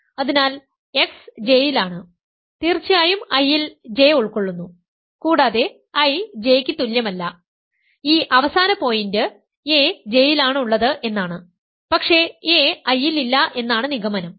അതിനാൽ x J യിലാണ് തീർച്ചയായും I ൽ J ഉൾക്കൊള്ളുന്നു കൂടാതെ I J യ്ക്ക് തുല്യമല്ല ഈ അവസാന പോയിന്റ് a J യിലാണുള്ളത് എന്നാണ് പക്ഷേ a I ൽ ഇല്ല എന്നാണ് നിഗമനം